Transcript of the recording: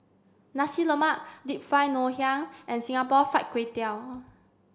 Nasi Lemak Deep Fried Ngoh Hiang and Singapore Fried Kway Tiao